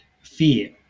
Fear